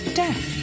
death